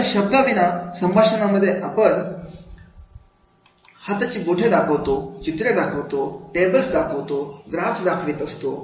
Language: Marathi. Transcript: अशा शब्दाविना सम भाषणांमध्ये आपण पण अशी हाताची बोटे दाखवतो चित्रे दाखवतो टेबल्स ग्राफ दाखवित असतो